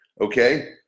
okay